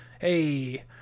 hey